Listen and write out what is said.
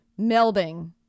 melding